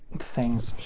things.